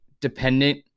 dependent